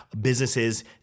businesses